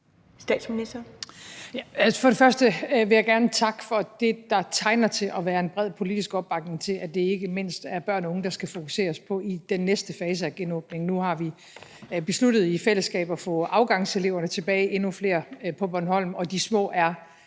Jeg vil gerne først gerne takke for det, der tegner til at være en bred politisk opbakning til, nemlig at det ikke mindst er børn og unge, der skal fokuseres på i den næste fase af genåbningen. Nu har vi i fællesskab besluttet at få afgangseleverne tilbage og endnu flere på Bornholm, og de små